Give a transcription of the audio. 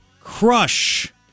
crush